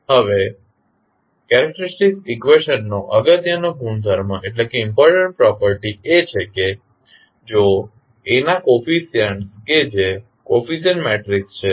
હવે કેરેક્ટેરીસ્ટીક ઇકવેશનનો અગત્યનો ગુણધર્મ એ છે કે જો A ના કોફીસીયન્ટસ કે જે કોફીસીયન્ટ મેટ્રિક્સ છે